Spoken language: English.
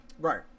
right